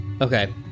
Okay